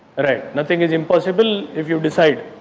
nothing is impossible if you decide.